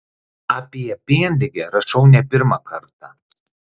apie pienligę rašau ne pirmą kartą